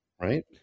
right